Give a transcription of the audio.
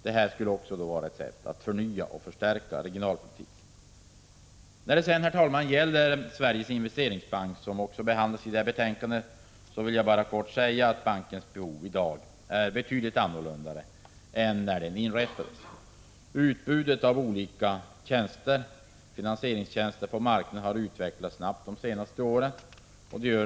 Det skulle också vara ett sätt att förnya och förstärka regionalpolitiken. När det gäller Sveriges investeringsbank, som också behandlas i det här betänkandet, vill jag bara kort säga att behovet av denna bank i dag är ett helt annat än det som förelåg när den inrättades.